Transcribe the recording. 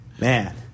Man